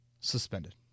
suspended